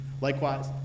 Likewise